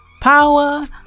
power